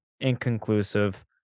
inconclusive